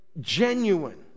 genuine